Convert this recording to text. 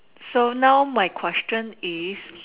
so now my question is